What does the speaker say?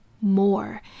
more